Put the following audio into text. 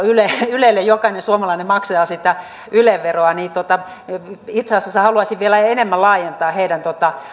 ylelle jokainen suomalainen maksaa sitä yle veroa niin itse asiassa haluaisin vielä enemmän laajentaa heidän